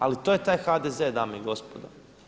Ali to je taj HDZ dame i gospodo.